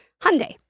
Hyundai